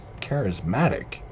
charismatic